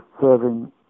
serving